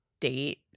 date